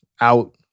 out